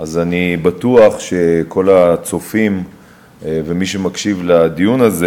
אני בטוח שכל הצופים ומי שמקשיב לדיון הזה